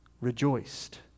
rejoiced